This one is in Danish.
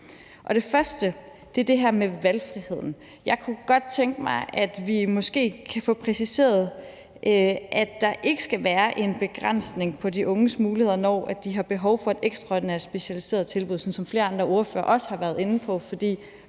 det her med valgfriheden. Jeg kunne godt tænke mig, at vi måske kunne få præciseret, at der ikke skal være en begrænsning på de unges muligheder, når de har behov for et ekstraordinært specialiseret tilbud, sådan som flere andre ordførere også har været inde på,